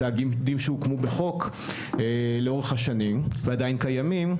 התאגידים שהוקמו בחוק לאורך השנים ועדיין קיימים,